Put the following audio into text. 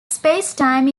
spacetime